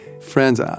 friends